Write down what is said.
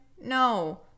No